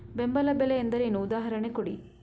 ಬೆಂಬಲ ಬೆಲೆ ಎಂದರೇನು, ಉದಾಹರಣೆ ಕೊಡಿ?